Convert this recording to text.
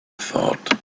thought